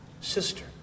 sister